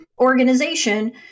organization